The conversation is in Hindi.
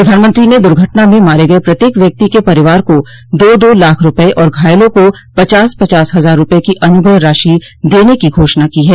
प्रधानमंत्री ने दुर्घटना में मारे गये प्रत्येक व्यक्ति के परिवार को दो दो लाख रूपये और घायलों को पचास पचास हजार रूपये की अनुग्रह राशि देने की घोषणा की है